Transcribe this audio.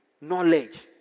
knowledge